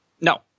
No